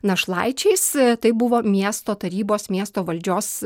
našlaičiais tai buvo miesto tarybos miesto valdžios